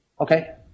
Okay